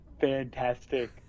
fantastic